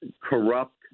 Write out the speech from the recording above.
corrupt